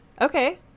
Okay